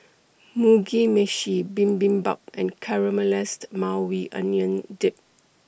Mugi Meshi Bibimbap and Caramelized Maui Onion Dip